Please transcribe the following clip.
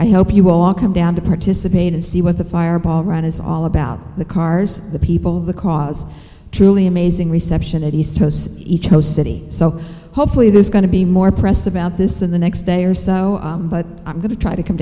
i hope you all come down to participate and see what the fireball run is all about the cars the people the cause truly amazing reception at east coast each host city so hopefully there's going to be more press about this in the next day or so but i'm going to try to come